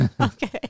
okay